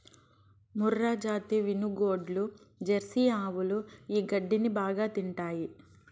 మూర్రాజాతి వినుగోడ్లు, జెర్సీ ఆవులు ఈ గడ్డిని బాగా తింటాయి